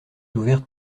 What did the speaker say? ouverte